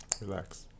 Relax